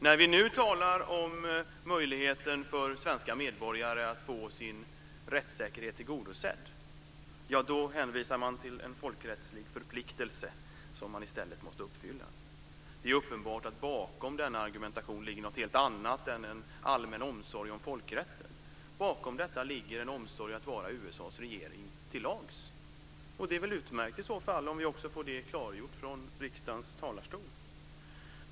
När vi nu talar om möjligheten för svenska medborgare att få sin rättssäkerhet tillgodosedd hänvisar man till en folkrättslig förpliktelse som man i stället måste uppfylla. Det är uppenbart att bakom denna argumentation ligger någonting helt annat än en allmän omsorg om folkrätten. Bakom detta ligger en omsorg att vara USA:s regering till lags. Det är i så fall utmärkt om vi också får detta klargjort från riksdagens talarstol.